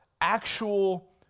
actual